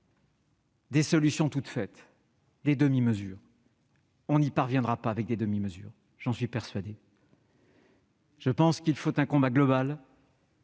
des solutions toutes faites, des demi-mesures, car on n'y parviendra pas avec des demi-mesures, j'en suis persuadé. Je pense qu'il faut un combat global